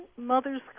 mothers